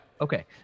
Okay